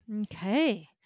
Okay